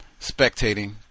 spectating